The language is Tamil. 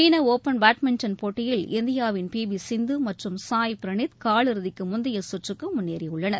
சீன ஒபன் பேட்மின்டன் போட்டியில் இந்தியாவின் பி வி சிந்து மற்றும் சாய்பிரனீத் காலிறுதிக்கு முந்தைய சுற்றுக்கு முன்னேறியுள்ளனர்